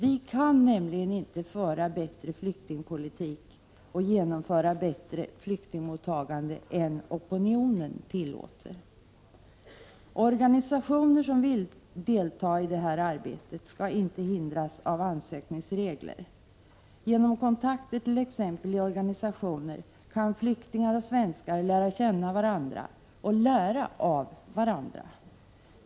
Vi kan nämligen inte föra en bättre flyktingpolitik och genomföra ett bättre flyktingmottagande än opinionen tillåter. Organisationer som vill delta i detta arbete skall inte hindras av ansökningsregler. Genom kontakter i t.ex. organisationer kan flyktingar och svenskar lära känna varandra och lära av varandra.